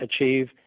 achieve